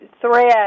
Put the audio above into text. thread